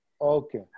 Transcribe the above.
Okay